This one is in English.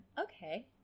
Okay